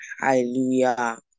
Hallelujah